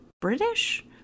British